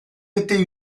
été